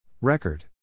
Record